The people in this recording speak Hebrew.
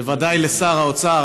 בוודאי לשר האוצר,